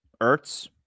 Ertz